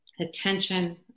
attention